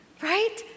Right